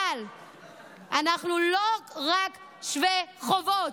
אבל אנחנו לא רק שווי חובות,